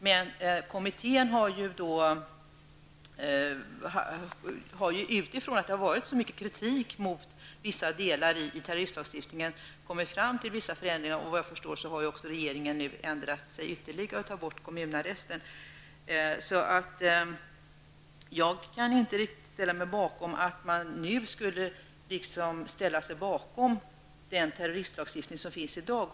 Terroristlagstiftningskommittén har emellertid till följd av den omfattande kritiken mot vissa delar i terroristlagstiftningen kommit fram till att vissa förändringar bör göras. Såvitt jag förstår har också regeringen ändrat sig och bl.a. tagit bort kommunarresten. Jag kan därför inte riktigt förstå varför vi skall ställa oss bakom den terroristlagstiftning som gäller i dag.